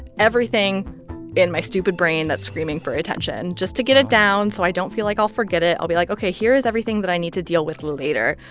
everything in my stupid brain that's screaming for attention, just to get it down so i don't feel like i'll forget it. i'll be like, ok, here is everything that i need to deal with later.